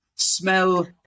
Smell